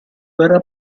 verrà